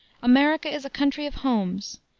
america is a country of homes,